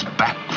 back